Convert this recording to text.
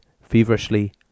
feverishly